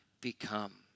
become